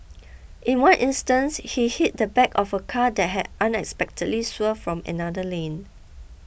in one instance he hit the back of a car that had unexpectedly swerved from another lane